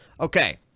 Okay